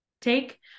take